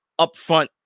upfront